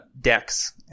decks